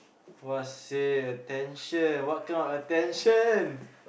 !wahseh! attention what kind of attention